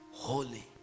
holy